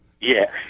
Yes